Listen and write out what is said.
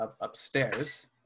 upstairs